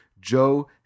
Joe